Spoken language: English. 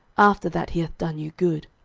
after that he hath done you good.